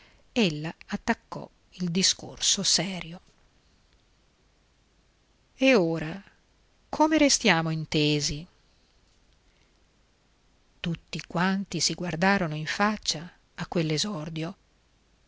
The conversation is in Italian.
crocchio ella attaccò il discorso serio e ora come restiamo intesi tutti quanti si guardarono in faccia a quell'esordio